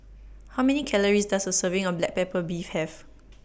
How Many Calories Does A Serving of Black Pepper Beef Have